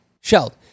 Shelled